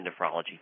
Nephrology